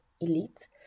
elite